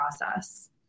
process